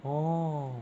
orh